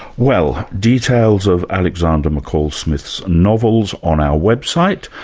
well details of alexander mccall smith's novels on our website,